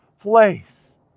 place